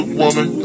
woman